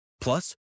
Plus